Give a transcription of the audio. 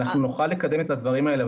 אנחנו נוכל לקדם את הדברים האלה,